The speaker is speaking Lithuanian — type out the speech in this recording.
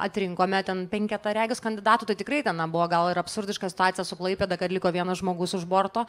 atrinkome ten penketą regis kandidatų tai tikrai ten na buvo gal ir absurdiška situacija su klaipėda kad liko vienas žmogus už borto